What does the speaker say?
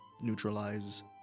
neutralize